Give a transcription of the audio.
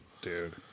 Dude